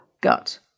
gut